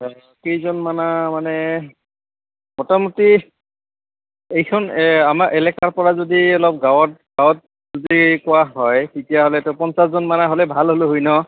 কেইজন মানে মানে মোটামুটি এইখন আমাৰ এলেকাৰ পৰা যদি অলপ গাঁৱত গাঁৱত যদি কোৱা হয় তেতিয়াহ'লেতো পঞ্চাছজনমানে হ'লে ভাল হ'লে হয় ন